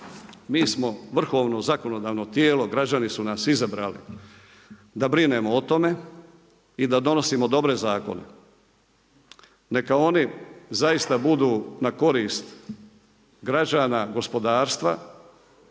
Mi smo vrhovno zakonodavno tijelo, građani su nas izabrali da brinemo o tome i da donosimo dobre zakone. Neka oni zaista budu na korist građana, gospodarstva,